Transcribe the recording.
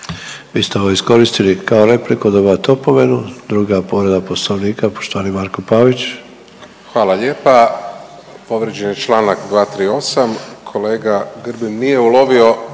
Vi ste ovo iskoristili kao repliku, dobivate opomenu. Druga povreda Poslovnika poštovani Marko Pavić. **Pavić, Marko (HDZ)** Hvala lijepa. Povrijeđen je članak 238. Kolega Grbin nije ulovio